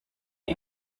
mir